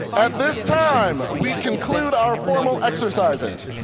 at this time, we conclude our formal exercises.